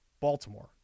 Baltimore